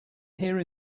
here